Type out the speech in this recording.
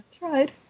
right